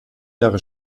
jahre